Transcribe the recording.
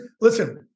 Listen